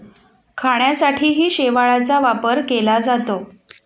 खाण्यासाठीही शेवाळाचा वापर केला जातो